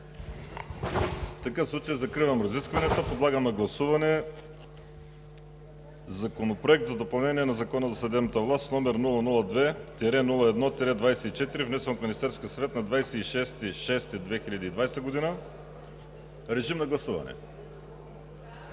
В такъв случай закривам разискванията. Подлагам на гласуване Законопроект за допълнение на Закона за съдебната власт, № 002-01-24, внесен от Министерския съвет на 26 юни 2020 г. Гласували